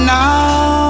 now